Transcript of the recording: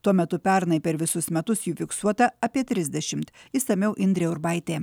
tuo metu pernai per visus metus jų fiksuota apie trisdešimt išsamiau indrė urbaitė